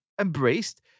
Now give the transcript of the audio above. embraced